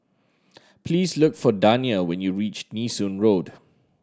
please look for Dania when you reach Nee Soon Road